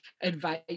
advice